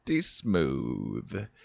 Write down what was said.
smooth